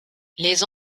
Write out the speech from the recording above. les